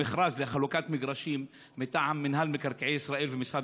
המכרז לחלוקת מגרשים מטעם מינהל מקרקעי ישראל ומשרד